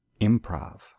improv